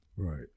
Right